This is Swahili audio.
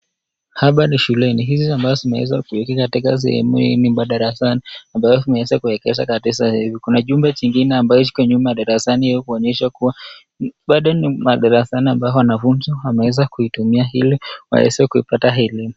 Hapa ni shuleni. Hizi ambazo tunaweza kuziweka katika sehemu ni madarasani ambazo tunaweza kuziwekeza katika saa hivi. Kuna jumbe nyingine ambazo ziko nyuma ya darasani ili kuonyesha kuwa bado ya madarasani ambazo wanafunzi wameweza kuzitumia hili waweze kuipata elimu.